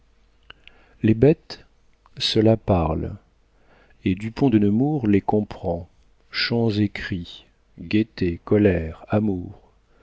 les bêtes cela parle et dupont de nemours les comprend chants et cris gaîté colère amours